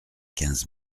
quinze